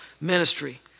ministry